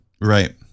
Right